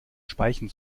speichen